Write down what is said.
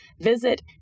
visit